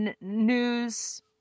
news